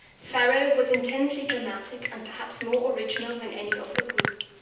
pharaoh was intensely dramatic and perhaps more original than any of the group.